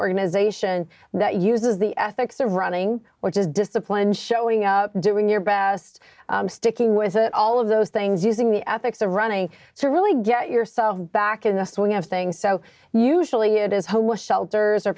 organization that uses the ethics the running which is discipline showing up and doing your best sticking with it all of those things using the ethics the running to really get yourself back in the swing of things so usually it is homeless